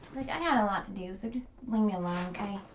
got a lot to do, so just leave me alone okay.